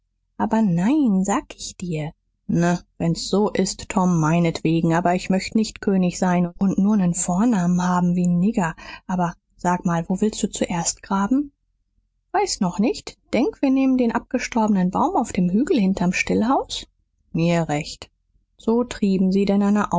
aber nein sag ich dir na wenn's so ist tom meinetwegen aber ich möcht nicht könig sein und nur nen vornamen haben wie n nigger aber sag mal wo willst du zuerst graben weiß noch nicht denk wir nehmen den abgestorbenen baum auf dem hügel hinter stillhaus mir recht so trieben sie denn eine